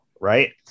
right